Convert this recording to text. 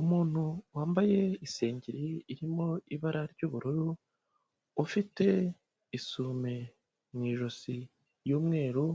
Umuntu wambaye isengeri irimo ibara ry'ubururu, ufite isume mu ijosi y'umweru,